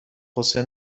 قصه